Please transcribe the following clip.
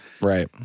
Right